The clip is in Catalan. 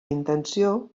intenció